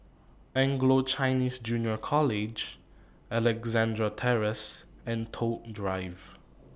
Anglo Chinese Junior College Alexandra Terrace and Toh Drive